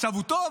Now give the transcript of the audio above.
עכשיו הוא טוב?